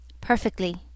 Perfectly